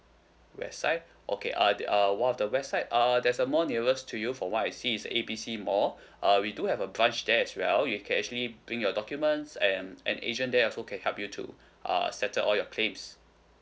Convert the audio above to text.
west side okay uh uh one of the west side err there is a mall nearest to you for what I see is A B C mall uh we do have a branch there as well you can actually bring your documents and an asian there also can help you to err settle all your claims